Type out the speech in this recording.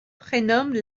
prénomme